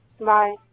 Bye